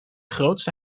grootste